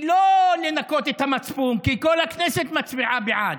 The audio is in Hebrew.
היא לא לנקות את המצפון, כי כל הכנסת מצביעה בעד.